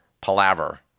palaver